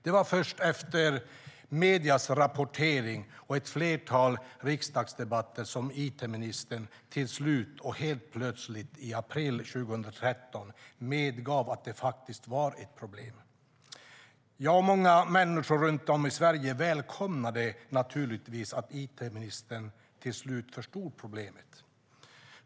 Det var först efter mediernas rapportering och ett flertal riksdagsdebatter som it-ministern till slut och helt plötsligt i april 2013 medgav att det faktiskt var ett problem. Jag och många människor runt om i Sverige välkomnade naturligtvis att it-ministern till slut förstod problemet.